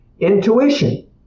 intuition